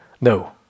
No